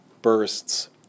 Bursts